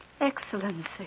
Excellency